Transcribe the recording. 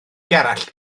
gerallt